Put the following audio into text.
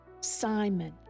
Simon